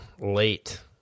late